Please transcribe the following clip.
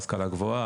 ההשכלה הגבוהה,